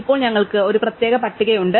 ഇപ്പോൾ ഞങ്ങൾക്ക് ഒരു പ്രത്യേക പട്ടികയുണ്ട്